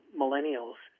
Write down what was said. millennials